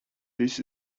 this